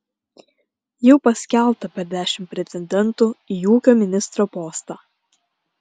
jau paskelbta per dešimt pretendentų į ūkio ministro postą